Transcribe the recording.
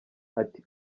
ati